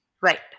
right